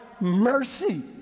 mercy